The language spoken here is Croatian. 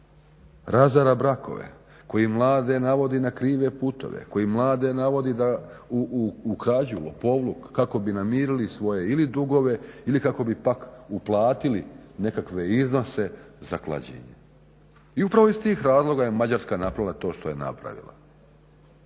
razara brakove, koji mlade navodi na krive putove, koji mlade navode u krađu, lopovluk kako bi namirili svoje ili dugove ili kako bi pak uplatili nekakve iznose za klađenje. I upravo iz tih razloga je Mađarska napravila to što je napravila.